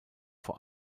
vor